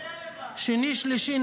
שני ושלישי,